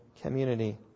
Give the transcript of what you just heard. community